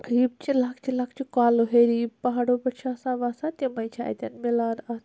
یِم چھِ لۄکچِہ لۄکچِہ کۄلہٕ ہیٚرِ یِم پہاڑو پٮ۪ٹھ چھِ آسان وَسان تِمے چھ اتٮ۪ن مِلان اَتھ